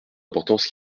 importance